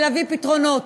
ולהביא פתרונות.